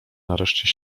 nareszcie